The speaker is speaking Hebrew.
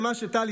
טלי,